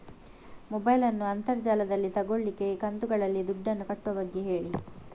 mobile ನ್ನು ಅಂತರ್ ಜಾಲದಲ್ಲಿ ತೆಗೋಲಿಕ್ಕೆ ಕಂತುಗಳಲ್ಲಿ ದುಡ್ಡನ್ನು ಕಟ್ಟುವ ಬಗ್ಗೆ ಹೇಳಿ